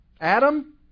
Adam